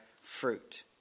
fruit